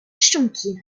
chongqing